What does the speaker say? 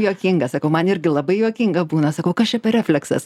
juokinga sakau man irgi labai juokinga būna sakau kas čia per refleksas